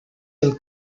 del